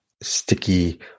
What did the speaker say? sticky